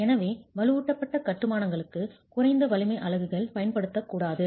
எனவே வலுவூட்டப்பட்ட கட்டுமானகளுக்கு குறைந்த வலிமை அலகுகள் பயன்படுத்தப்படக்கூடாது